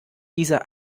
diese